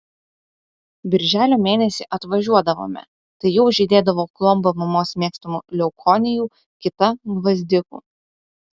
birželio mėnesį atvažiuodavome tai jau žydėdavo klomba mamos mėgstamų leukonijų kita gvazdikų